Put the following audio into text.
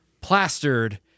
Plastered